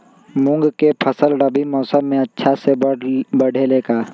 मूंग के फसल रबी मौसम में अच्छा से बढ़ ले का?